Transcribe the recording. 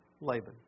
Laban